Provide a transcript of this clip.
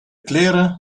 kleren